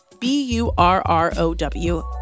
B-U-R-R-O-W